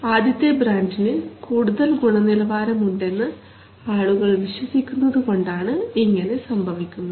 ആദ്യത്തെ ബ്രാൻഡിന് കൂടുതൽ ഗുണനിലവാരം ഉണ്ടെന്ന് ആളുകൾ വിശ്വസിക്കുന്നത് കൊണ്ടാണ് ഇങ്ങനെ സംഭവിക്കുന്നത്